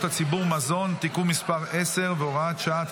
הציבור (מזון) (תיקון מס' 10 והוראת שעה),